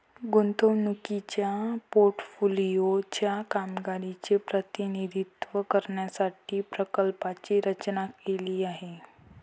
गुंतवणुकीच्या पोर्टफोलिओ च्या कामगिरीचे प्रतिनिधित्व करण्यासाठी प्रकल्पाची रचना केली आहे